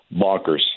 Bonkers